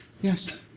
Yes